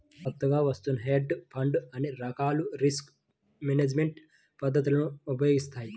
కొత్తగా వత్తున్న హెడ్జ్ ఫండ్లు అన్ని రకాల రిస్క్ మేనేజ్మెంట్ పద్ధతులను ఉపయోగిస్తాయి